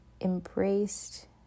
embraced